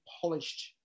polished